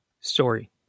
story